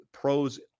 Pros